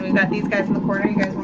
we've got these guys in the corner here.